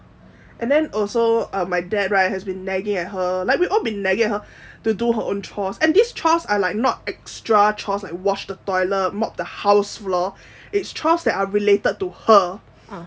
and then also uh my dad right has been nagging at her like we've all been nagging at her to do her own chores and these chores are like not extra chores like wash the toilet mop the house floor it's chores that are related to her